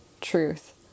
truth